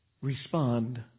respond